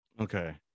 Okay